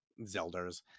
Zelders